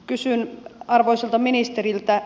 kysyn arvoisalta ministeriltä